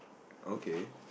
okay